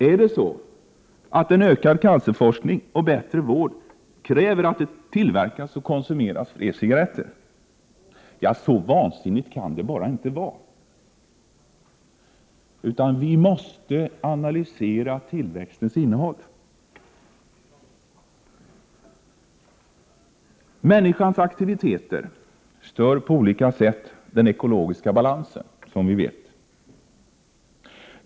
Kräver en ökad cancerforskning och bättre vård att det tillverkas och konsumeras fler cigaretter? Så vansinnigt kan det bara inte vara. Vi måste analysera tillväxtens innehåll. Människans aktiviteter stör som vi vet på olika sätt den ekologiska balansen.